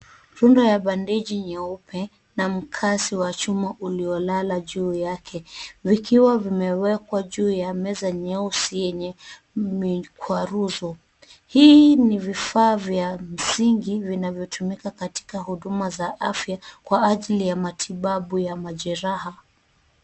Rundo ya bandeji nyeupe na mkasi wa chuma uliolala juu yake, vikiwa vimwekwa juu ya meza nyeusi yenye mikwaruzo. Hii ni vifaa vya msingi vinavyotumika katika huduma za afya kwa ajili ya matibabu ya majeraha.